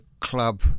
club –